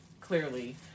clearly